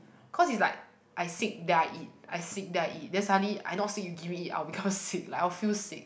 cause it's like I sick then I eat I sick then I eat then suddenly I not sick you give me eat I will become sick like I will feel sick